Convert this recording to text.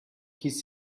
his